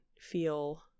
feel